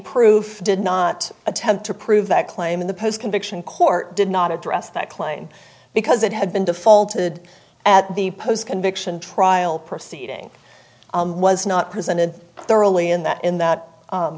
proof did not attempt to prove that claim in the post conviction court did not address that klein because it had been defaulted at the post conviction trial proceeding was not presented thoroughly in that in that